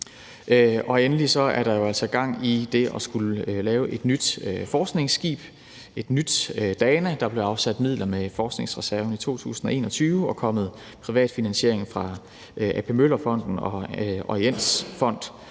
Endelig er der jo altså gang i det at skulle lave et nyt forskningsskib, et nyt DANA. Der blev afsat midler med forskningsreserven i 2021, og der er kommet privat finansiering fra A.P. Møller Fonden og Orient’s Fond.